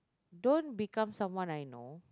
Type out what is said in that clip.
don't become someone I know